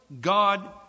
God